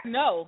no